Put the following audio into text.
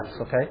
okay